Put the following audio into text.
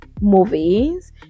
movies